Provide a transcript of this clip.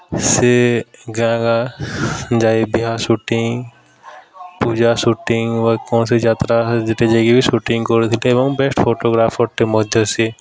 ସେ ଗାଁ ଗାଁ ଯାଇ ବିହା ସୁଟିଂ ପୂଜା ସୁଟିଂ ବା କୌଣସି ଯାତ୍ରା ଯାଇକି ବି ସୁଟିଂ କରୁଥିଲେ ଏବଂ ବେଷ୍ଟ୍ ଫଟୋଗ୍ରାଫର୍ଟେ ମଧ୍ୟ ସେ